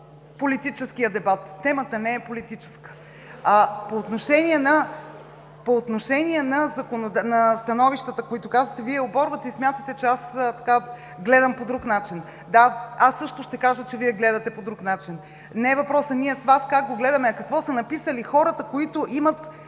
политическия дебат. Темата не е политическа. По отношение на становищата, които споменахте – Вие оборвате и смятате, че аз гледам по друг начин. Да, аз също ще кажа, че Вие гледате по друг начин. Не е въпросът ние с Вас как гледаме, а какво са написали хората, които имат